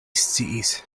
sciis